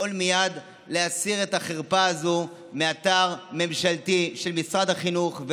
לפעול מייד להסיר את החרפה הזו מאתר ממשלתי של משרד החינוך,